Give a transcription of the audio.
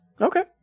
Okay